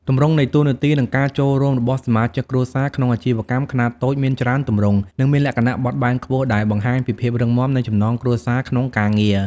ទម្រង់នៃតួនាទី និងការចូលរួមរបស់សមាជិកគ្រួសារក្នុងអាជីវកម្មខ្នាតតូចមានច្រើនទម្រង់ និងមានលក្ខណៈបត់បែនខ្ពស់ ដែលបង្ហាញពីភាពរឹងមាំនៃចំណងគ្រួសារក្នុងការងារ។